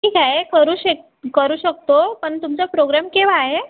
ठीक आहे करू शक करू शकतो पण तुमचा प्रोग्राम केव्हा आहे